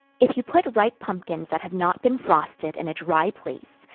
if you put ripe pumpkins that have not been frosted in a dry place,